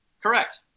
Correct